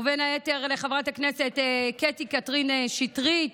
ובין היתר לחברת הכנסת קטי קטרין שטרית,